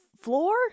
floor